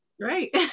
Right